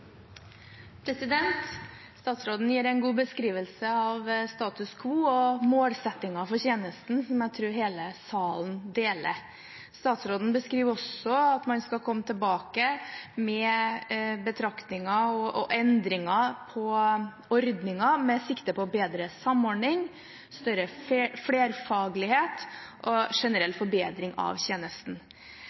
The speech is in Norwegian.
Statsråden gir en god beskrivelse av status quo og målsettingen for tjenesten, som jeg tror hele salen deler. Statsråden beskriver også at man skal komme tilbake med betraktninger og endringer på ordningen, med sikte på bedre samordning, større flerfaglighet og generell forbedring av tjenesten.